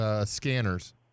scanners